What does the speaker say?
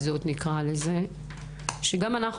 שאנחנו,